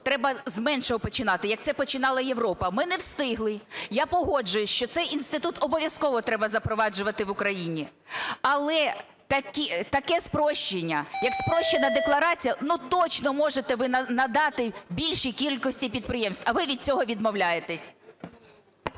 треба з меншого починати, як це починала Європа. Ми не встигли, я погоджуюся, що цей інститут обов'язково треба запроваджувати в Україні. Але таке спрощення як спрощена декларація, ну, точно можете ви надати більшій кількості підприємств, а ви від цього відмовляєтесь.